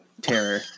terror